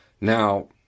Now